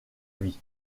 vie